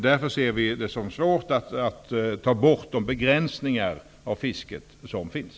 Därför ser vi det som svårt att ta bort de begränsningar av fisket som finns.